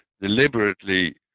deliberately